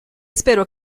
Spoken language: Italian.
spero